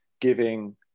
giving